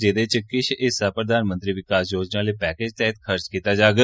जेह्दे च किश हिस्सा प्रधानमंत्री विकास योजना आह्ले पैकेज तैह्त खर्च कीता जाग